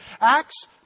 Acts